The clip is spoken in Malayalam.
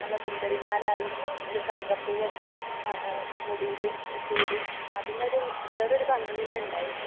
നല്ല സുന്ദരിമാരായി ഒരു കറുകപ്പൂവൊക്കെ എന്നാൽ മുടിയിൽ ചൂടി അതിനൊരു വേറൊരു ഭംഗി തന്നെ ഉണ്ടായിരുന്നു